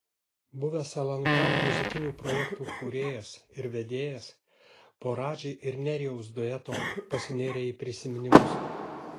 buvęs lnk muzikinių projektų kūrėjas ir vedėjas po radži ir nerijaus dueto pasinėrė į prisiminimus